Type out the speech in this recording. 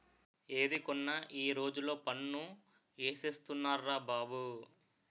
ఏది కొన్నా ఈ రోజుల్లో పన్ను ఏసేస్తున్నార్రా బాబు